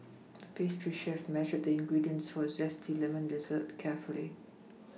the pastry chef measured the ingredients for a zesty lemon dessert carefully